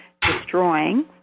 destroying